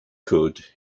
could